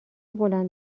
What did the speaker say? بلند